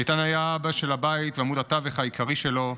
איתן היה האבא של הבית ועמוד התווך העיקרי שלו,